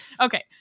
Okay